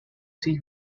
see